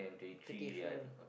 the differ